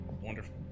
Wonderful